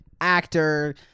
actor-